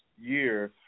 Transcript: year